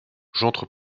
j’entre